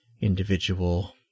individual